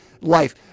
life